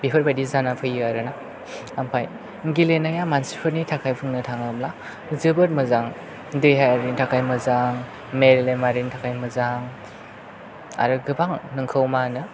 बेफोरबायदि जाना फैयो आरो ओमफ्राय गेलेनाया मानसिफोरनि थाखाय बुंनो थाङोब्ला जोबोद मोजां देहानि थाखाय मोजां मेलेमारिनि थाखाय मोजां आरो गोबां नोंखौ मा होनो